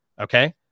okay